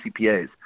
CPAs